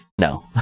No